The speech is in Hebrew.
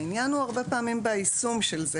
העניין הוא הרבה פעמים ביישום של זה,